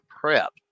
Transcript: prep